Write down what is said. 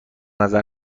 نظر